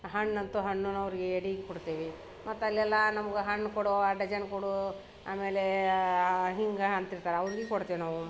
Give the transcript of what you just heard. ಹಣ್ಣು ಅಂತೂ ಹಣ್ನವ್ರಿಗೆ ಕೊಡ್ತೇವೆ ಮತ್ತು ಅಲ್ಲೆಲ್ಲ ನಮ್ಗೆ ಹಣ್ಣು ಕೊಡು ಆ ಡಜನ್ ಕೊಡು ಆಮೇಲೆ ಹಿಂಗೆ ಅಂತ ಇರ್ತಾರೆ ಅವ್ರ್ಗೆ ಕೊಡ್ತೀವಿ ನಾವು